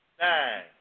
nine